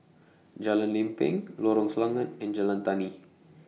Jalan Lempeng Lorong Selangat and Jalan Tani